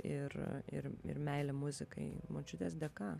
ir ir ir meilė muzikai močiutės dėka